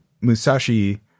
Musashi